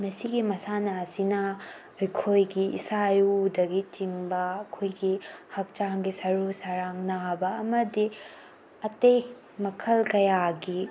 ꯃꯁꯤꯒꯤ ꯃꯁꯥꯟꯅ ꯑꯁꯤꯅ ꯑꯩꯈꯣꯏꯒꯤ ꯏꯁꯥ ꯏꯎꯗꯒꯤ ꯆꯤꯡꯕ ꯑꯩꯈꯣꯏꯒꯤ ꯍꯛꯆꯥꯡꯒꯤ ꯁꯔꯨ ꯁꯔꯥꯡ ꯅꯥꯕ ꯑꯃꯗꯤ ꯑꯇꯩ ꯃꯈꯜ ꯀꯌꯥꯒꯤ